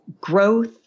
growth